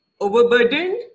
overburdened